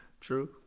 True